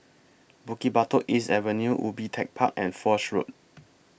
Bukit Batok East Avenue Ubi Tech Park and Foch Road